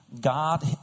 God